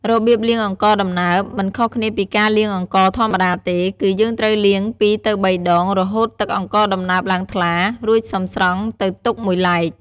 របៀបលាងអង្ករដំណើបមិនខុសគ្នាពីការលាងអង្ករធម្មតាទេ គឺយើងត្រូវលាង២ទៅ៣ដង រហូតទឹកអង្ករដំណើបឡើងថ្លា រួចសិមស្រង់ទៅទុកមួយឡែក។